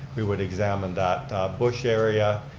we would examine that bush area,